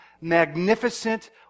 magnificent